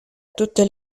tutte